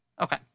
Okay